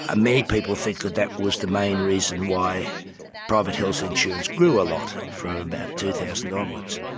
ah many people think that that was the main reason why private health insurance grew a lot, from about two thousand onwards.